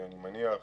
אני מניח,